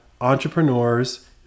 entrepreneurs